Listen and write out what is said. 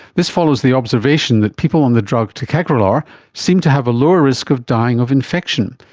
this follows the observation that people on the drug ticagrelor seem to have a lower risk of dying of infection.